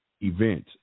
event